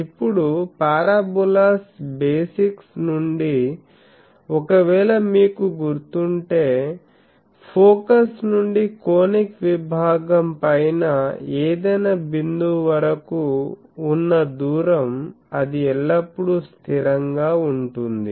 ఇప్పుడు parabolas basics నుండి ఒకవేళ మీకు గుర్తుంటే ఫోకస్ నుండి కోనిక్ విభాగం పైన ఏదైనా బిందువు వరకు ఉన్న దూరం అది ఎల్లప్పుడూ స్థిరంగా ఉంటుంది